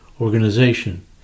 organization